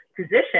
position